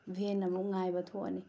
van ꯑꯃꯨꯛ ꯉꯥꯏꯕ ꯊꯣꯛꯑꯅꯤ